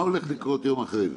מה הולך לקרות יום אחרי זה?